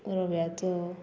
रव्याचो